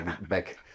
back